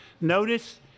notice